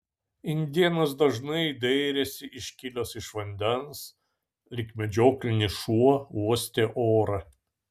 indėnas dažnai dairėsi iškilęs iš vandens lyg medžioklinis šuo uostė orą